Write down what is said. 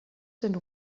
sind